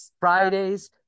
Fridays